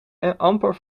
amper